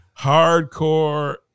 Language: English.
hardcore